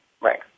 Right